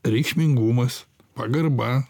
reikšmingumas pagarba